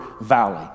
Valley